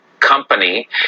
company